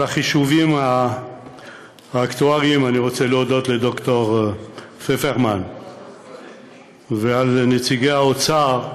על החישובים האקטואריים אני רוצה להודות לד"ר פפרמן ולנציגי האוצר,